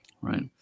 right